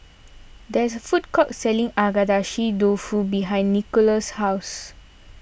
there is a food court selling Agedashi Dofu behind Nicklaus' house